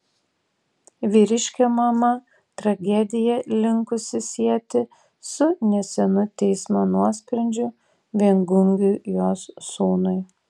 vyriškio mama tragediją linkusi sieti su nesenu teismo nuosprendžiu viengungiui jos sūnui